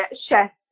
chefs